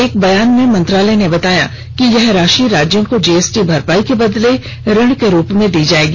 एक बयान में मंत्रालय ने बताया कि यह राशि राज्यों को जीएसटी भरपाई के बदले ऋण के रूप में दी जाएगी